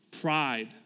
pride